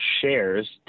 shares